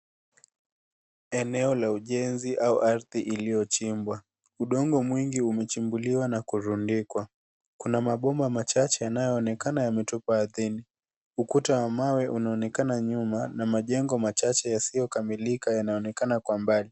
Eneo la ujenzi au ardhi iliochimbwa, udongo mwingi umechimbuliwa na kurundikwa. Kuna mabomba machache yanayoonekana yametupwa ardhini, ukuta wa mawe unaonekana nyuma na majengo machache yasiyokamilika yanaonekana kwa mbali.